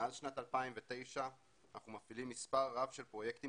מאז שנת 2009 אנחנו מפעילים מספר רב של פרויקטים